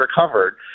recovered